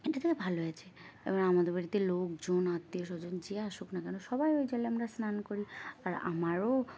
এটাতে ভালো হয়েছে এবার আমাদের বাড়িতে লোকজন আত্মীয় স্বজন যে আসুক না কেন সবাই ওই জলে আমরা স্নান করি আর আমারও